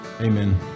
Amen